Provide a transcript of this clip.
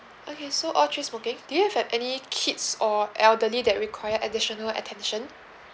okay so all three smoking do you have any kids or elderly that require additional attention